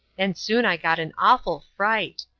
and soon i got an awful fright.